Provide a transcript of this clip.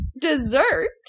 dessert